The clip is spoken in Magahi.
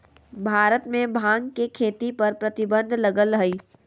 भारत में भांग के खेती पर प्रतिबंध लगल हइ